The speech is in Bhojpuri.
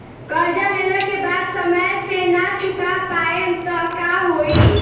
कर्जा लेला के बाद समय से ना चुका पाएम त का होई?